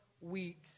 weeks